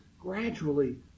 gradually